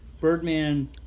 Birdman